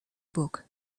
book